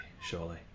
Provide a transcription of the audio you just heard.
surely